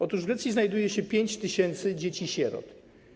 Otóż w Grecji znajduje się 5 tys. dzieci sierot.